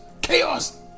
chaos